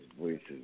voices